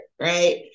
right